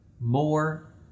more